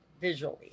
visually